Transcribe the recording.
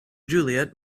juliet